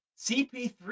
CP3